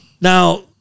Now